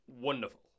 Wonderful